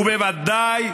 ובוודאי